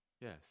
Yes